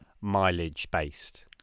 mileage-based